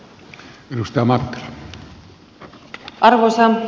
arvoisa puhemies